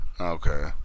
Okay